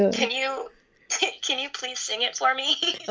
and can you can you please sing it for me? oh,